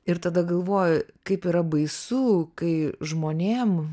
ir tada galvoju kaip yra baisu kai žmonėms